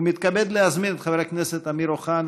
ומתכבד להזמין את חבר הכנסת אמיר אוחנה,